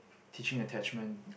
teaching attachment